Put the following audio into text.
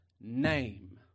name